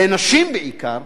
לנשים בעיקר,